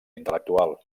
intel·lectual